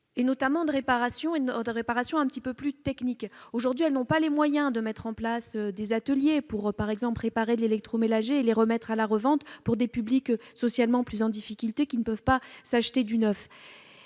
notamment de réparation, un peu plus techniques. Aujourd'hui, elles n'ont pas les moyens de mettre en place des ateliers pour, par exemple, réparer l'électroménager et le proposer à la revente à des publics socialement en difficulté, qui ne peuvent pas s'acheter du neuf.